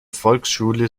volksschule